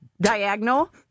diagonal